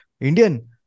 Indian